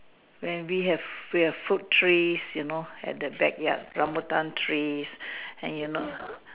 when we have we've fruit trees you know at the backyard rambutan trees and you know